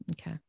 Okay